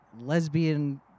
lesbian